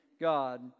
God